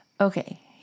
Okay